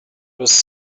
was